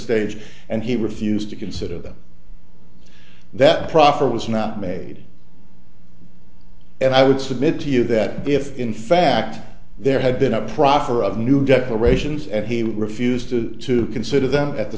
stage and he refused to consider them that proffer was not made and i would submit to you that if in fact there had been a proffer of new declarations and he refused to to consider them at the